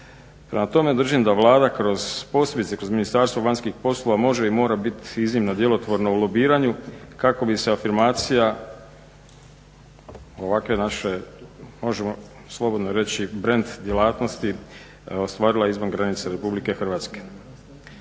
Prema tome držim da Vlada, posebice kroz Ministarstvo vanjskih poslova može i mora biti iznimno djelotvorna u lobiranju kako bi se afirmacija ovakve naše možemo slobodno reći brend djelatnosti ostvarila izvan granica RH.